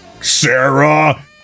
Sarah